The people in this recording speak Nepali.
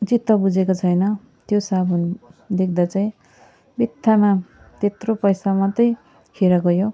चित्त बुझेको छैन त्यो साबुन देख्दा चाहिँ बित्थामा त्यत्रो पैसा मात्रै खेर गयो